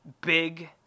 big